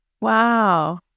Wow